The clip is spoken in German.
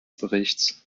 berichts